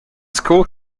skull